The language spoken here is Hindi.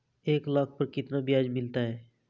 एक लाख पर कितना ब्याज मिलता है?